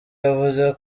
yavuze